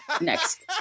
next